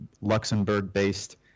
Luxembourg-based